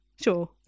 sure